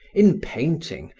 in painting,